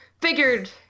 figured